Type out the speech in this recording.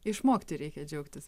išmokti reikia džiaugtis